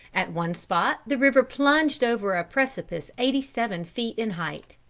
at one spot the river plunged over a precipice eighty-seven feet in height.